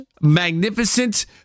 magnificent